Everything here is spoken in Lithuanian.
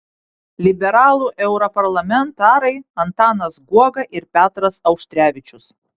liberalų europarlamentarai antanas guoga ir petras auštrevičius